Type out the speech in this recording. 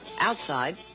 Outside